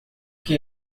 que